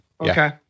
Okay